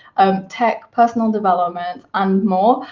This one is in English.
um tech, personal development, and more.